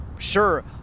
sure